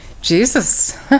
Jesus